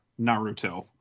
naruto